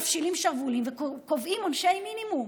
מפשילים שרוולים וקובעים עונשי מינימום.